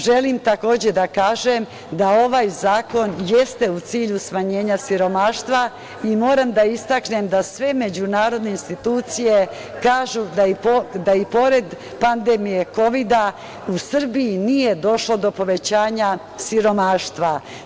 Želim da kažem da ovaj zakon jeste u cilju smanjenja siromaštva i moram da istaknem da sve međunarodne institucije kažu da, i pored pandemije kovida, u Srbiji nije došlo do povećanja siromaštva.